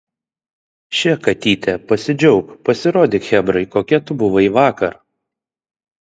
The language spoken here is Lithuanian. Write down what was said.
še katyte pasidžiauk pasirodyk chebrai kokia tu buvai vakar